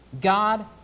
God